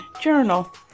journal